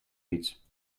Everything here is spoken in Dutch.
fiets